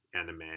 anime